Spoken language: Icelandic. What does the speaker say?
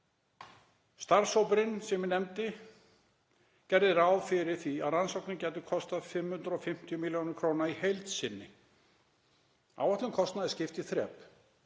Starfshópurinn sem ég nefndi gerði ráð fyrir því að rannsóknin gæti kostað 550 millj. kr. í heild sinni. Áætluðum kostnaði er skipt í þrep.